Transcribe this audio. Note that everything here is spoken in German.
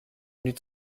nie